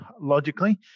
logically